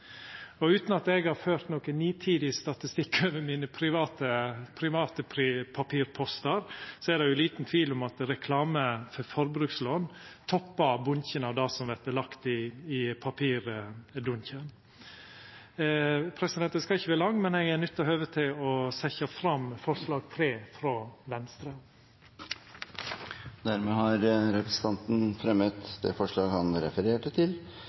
Utan at eg har ført nokon nitid statistikk over mine private papirpostar, er det liten tvil om at reklame for forbrukslån toppar bunken av det som vert lagt i papirdunken. Eg skal ikkje vera lang, men eg nyttar høvet til å setja fram forslag 3, frå Venstre. Representanten Terje Breivik har dermed tatt opp forslaget han refererte til.